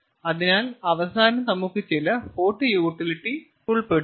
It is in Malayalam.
അതിനാൽ അവസാനം നമുക്ക് ചില ഹോട്ട് യൂട്ടിലിറ്റി ഉൾപ്പെടുത്തണം